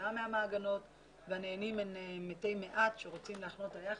כתוצאה מהמעגנות והנהנים הם מתי מעט שרוצים להחנות את היאכטות.